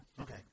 Okay